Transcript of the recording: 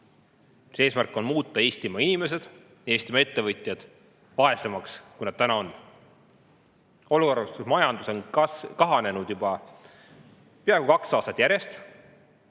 on? Eesmärk on muuta Eestimaa inimesed, Eestimaa ettevõtjad vaesemaks, kui nad täna on, olukorras, kus majandus on kahanenud juba peaaegu kaks aastat järjest.